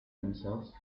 themselves